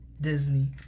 Disney